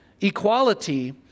equality